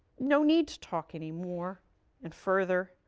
no need to talk anymore and further.